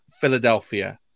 Philadelphia